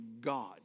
God